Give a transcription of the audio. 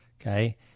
okay